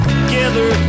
Together